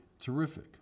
terrific